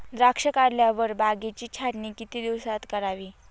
द्राक्षे काढल्यावर बागेची छाटणी किती दिवसात करावी?